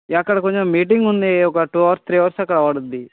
అక్కడ కొంచెం మీటింగ్ ఉంది ఒక టూ అవర్స్ త్రీ అవర్స్ దాకా పడుతుంది